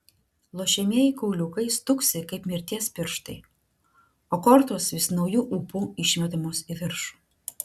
lošiamieji kauliukai stuksi kaip mirties pirštai o kortos vis nauju ūpu išmetamos į viršų